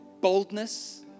boldness